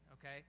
okay